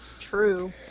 True